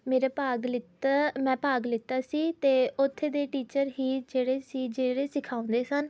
ਮੇਰੇ ਭਾਗ ਲਿੱਤਾ ਮੈਂ ਭਾਗ ਲਿੱਤਾ ਸੀ ਅਤੇ ਓਥੇ ਦੇ ਟੀਚਰ ਹੀ ਜਿਹੜੇ ਸੀ ਜਿਹੜੇ ਸਿਖਾਉਂਦੇ ਸਨ